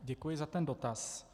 Děkuji za ten dotaz.